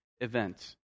event